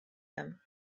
them